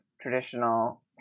traditional